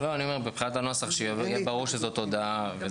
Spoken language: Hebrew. מבחינת הנוסח שיהיה ברור שזאת הודעה כי